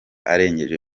arengeje